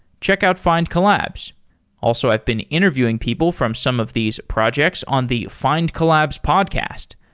check out findcollabs also, i've been interviewing people from some of these projects on the findcollabs podcast.